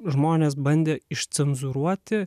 žmonės bandė išcenzūruoti